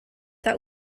that